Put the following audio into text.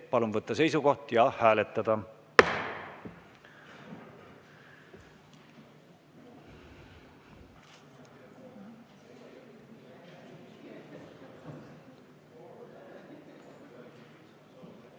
Palun võtta seisukoht ja hääletada!